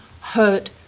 hurt